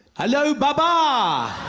hello baba!